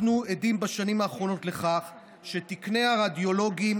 בשנים האחרונות אנחנו עדים לכך שתקני הרדיולוגים